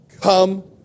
come